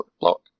Block